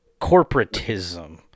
corporatism